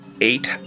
eight